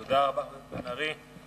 תודה, חבר הכנסת בן-ארי.